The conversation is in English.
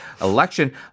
election